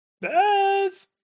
Beth